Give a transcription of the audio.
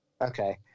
Okay